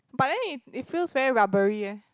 but then it it feels very rubbery eh